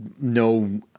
no